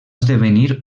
esdevenir